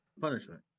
punishment